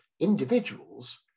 individuals